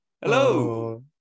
Hello